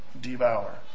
devour